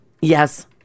Yes